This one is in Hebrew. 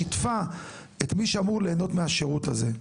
שיתפה את מי שאמור ליהנות מהשירות הזה?